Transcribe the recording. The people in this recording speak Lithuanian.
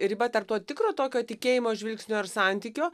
riba tarp to tikro tokio tikėjimo žvilgsniu ar santykio